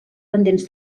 pendents